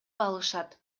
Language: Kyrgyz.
алышат